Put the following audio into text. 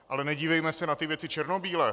Ale nedívejme se na ty věci černobíle.